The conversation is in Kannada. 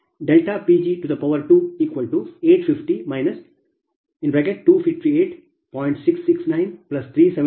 0035 MW Pg3118